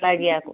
लाई बिहाको